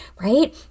right